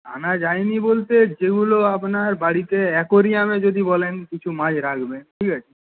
আনা যায়নি বলতে যেগুলো আপনার বাড়িতে আ্যকোরিয়ামে যদি বলেন কিছু মাছ রাখবেন ঠিক আছে